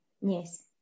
Yes